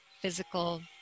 physical